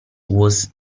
was